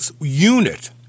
unit